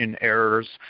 errors